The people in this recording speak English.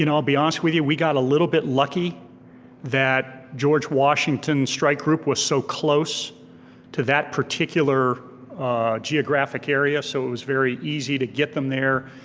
you know i'll be honest with you, we got a little bit lucky that george washington strike group was so close to that particular geographic area so it was very easy to get them there